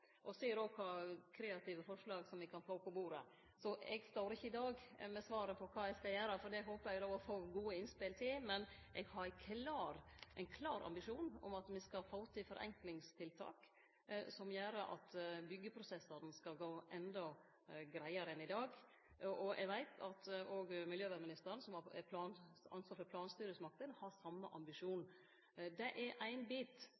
og som òg ser kva kreative forslag me kan få på bordet. Så eg står ikkje i dag med svaret på kva eg skal gjere, for det håpar eg å få gode innspel til, men eg har ein klar ambisjon om at me skal få til forenklingstiltak som gjer at byggjeprosessane skal gå endå greiare enn i dag. Eg veit at òg miljøvernministeren, som har ansvar for planstyresmakter, har same ambisjon. Det er éin bit